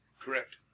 Correct